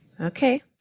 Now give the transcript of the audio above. Okay